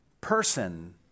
person